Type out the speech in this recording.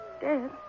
dead